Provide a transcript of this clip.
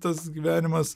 tas gyvenimas